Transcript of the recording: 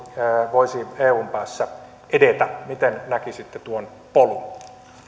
voisi eun päässä edetä miten näkisitte tuon polun